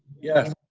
yes.